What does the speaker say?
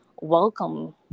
welcome